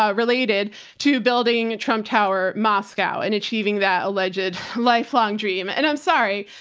ah related to building trump tower moscow and achieving that allegedly lifelong dream. and i'm sorry,